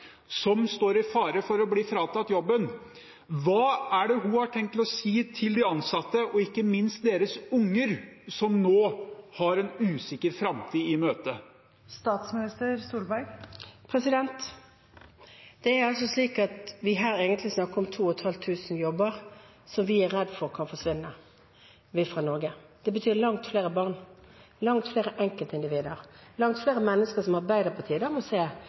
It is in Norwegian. fare for å bli fratatt jobben, i øynene, hva er det hun har tenkt å si til de ansatte og ikke minst deres unger, som nå går en usikker framtid i møte? Det er slik at vi her egentlig snakker om 2 500 jobber som vi er redd for kan forsvinne ut av Norge. Det betyr langt flere barn, langt flere enkeltindivider, langt flere mennesker som Arbeiderpartiet eller andre partier må se